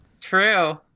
True